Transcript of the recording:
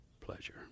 pleasure